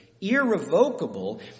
irrevocable